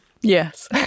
Yes